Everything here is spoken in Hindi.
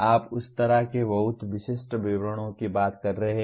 आप उस तरह के बहुत विशिष्ट विवरणों की बात कर रहे हैं